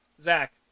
Zach